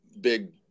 big